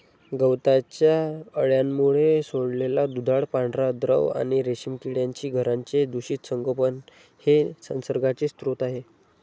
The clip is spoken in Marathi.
गवताच्या अळ्यांमुळे सोडलेला दुधाळ पांढरा द्रव आणि रेशीम किड्यांची घरांचे दूषित संगोपन हे संसर्गाचे स्रोत आहे